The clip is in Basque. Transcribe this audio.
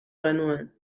genuen